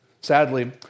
sadly